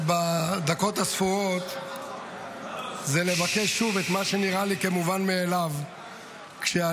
בדקות הספורות אני רוצה לבקש שוב את מה שנראה לי כמובן מאליו כשעליתי.